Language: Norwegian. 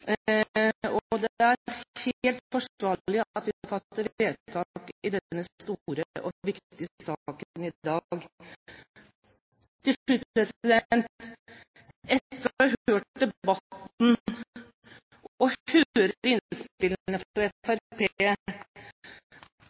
i komiteen. Det er helt forsvarlig at vi fatter vedtak i denne store og viktige saken i dag. Til slutt: Etter å ha hørt debatten og innspillene fra